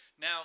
Now